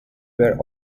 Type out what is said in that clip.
were